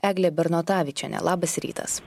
eglė bernotavičienė labas rytas